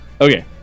Okay